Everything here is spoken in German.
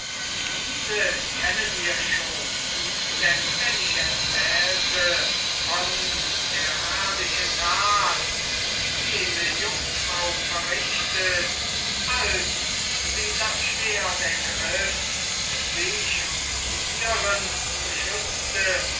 diese kennet ihr schon denn wenn ich erzählte von der herrlichen tat die jene jungfrau verrichtet als sie das schwert ergriff und sich und die ihren beschützte